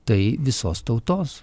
tai visos tautos